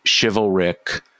chivalric